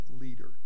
leader